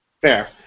Fair